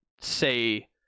say